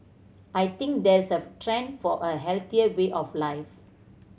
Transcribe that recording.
I think there's a trend for a healthier way of life